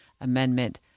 amendment